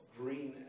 green